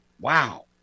Wow